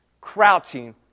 crouching